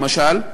למשל,